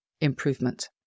improvement